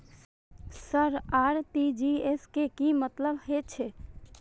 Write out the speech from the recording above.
Sir RTGS के मतलब की हे छे?